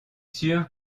sûr